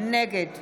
נגד